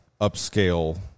upscale